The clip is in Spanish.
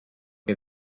que